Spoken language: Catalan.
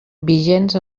vigents